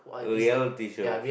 uh reality shows